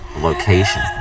location